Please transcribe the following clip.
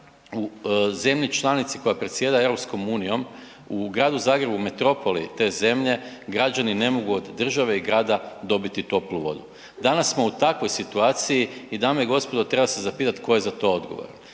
u zemlji članici koja predsjeda EU u gradu Zagrebu metropoli te zemlje građani ne mogu od države i grada dobiti toplu vodu. Danas smo u takvoj situaciji i dame i gospodo treba se zapitat tko je za to odgovoran.